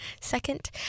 second